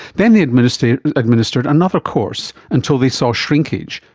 then they administered administered another course until they saw shrinkage,